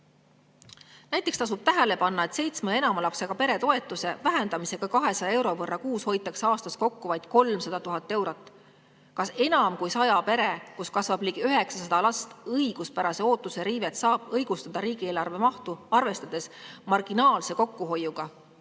kulukam. Näiteks tasub tähele panna, et seitsme ja enama lapsega pere toetuse vähendamisega 200 euro võrra kuus hoitakse aastas kokku vaid 300 000 eurot. Kas enam kui 100 pere, kus kasvab ligi 900 last, õiguspärase ootuse riivet saab õigustada riigieelarve mahtu arvestades marginaalse kokkuhoiuga?